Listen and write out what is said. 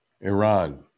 Iran